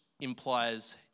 implies